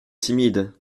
timide